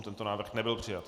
Tento návrh nebyl přijat.